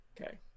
Okay